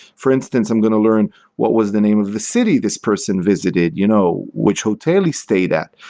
for instance, i'm going to learn what was the name of the city this person visited, you know which hotel he stayed at?